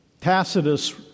Tacitus